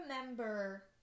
remember